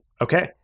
Okay